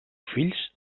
fills